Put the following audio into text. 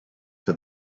for